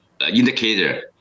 indicator